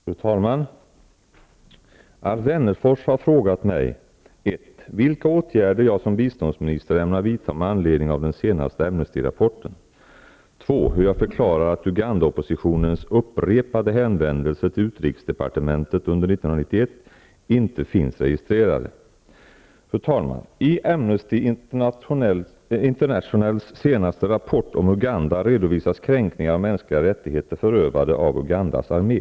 Fru talman! Alf Wennerfors har frågat mig 1.vilka åtgärder jag som biståndsminister ämnar vidta med anledning av den senaste Amnestyrapporten och 2.hur jag förklarar att Ugandaoppositionens upprepade hänvändelser till utrikesdepartementet under 1991 inte finns registrerade. Fru talman! I Amnesty Internationals senaste rapport om Uganda redovisas kränkningar av mänskliga rättigheter förövade av Ugandas armé.